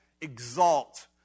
exalt